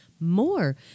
more